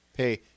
Hey